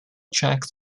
tracks